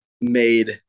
made